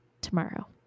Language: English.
tomorrow